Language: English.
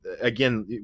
Again